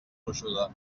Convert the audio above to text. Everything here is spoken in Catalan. gruixuda